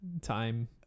time